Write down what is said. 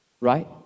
right